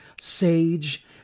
sage